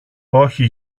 όχι